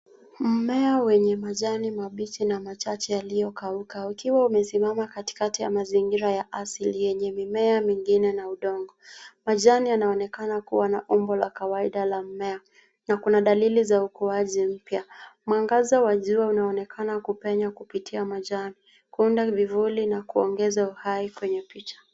Mmea wenye majani mabichi na machache yaliyokauka, ukiwa umesimama katikati ya mazingira ya asili, yenye mimea mingine na udongo. Majani yanaonekana kua na umbo la kawaida la mmea, na kuna dalili za ukuaji mpya. Mwangaza wa jua unaonekana kupenya kupitia majani, kuunda vivuli na kuongeza uhai kwenye picha.